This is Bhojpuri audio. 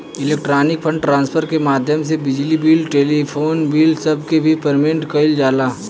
इलेक्ट्रॉनिक फंड ट्रांसफर के माध्यम से बिजली बिल टेलीफोन बिल सब के भी पेमेंट कईल जाला